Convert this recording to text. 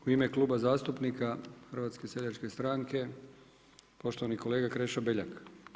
U ime Kluba zastupnika HSS-a poštovani kolega Krešo Beljak.